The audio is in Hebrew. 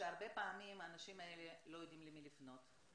שהרבה פעמים האנשים האלה לא יודעים למי לפנות.